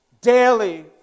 daily